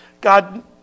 God